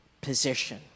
position